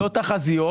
לא תחזיות.